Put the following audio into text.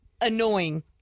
annoying